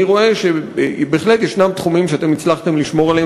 אני רואה שבהחלט יש תחומים שאתם הצלחתם לשמור עליהם,